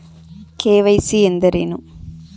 KYC ಎಂದರೇನು?